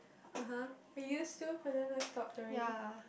uh !huh! I used to but then I stop already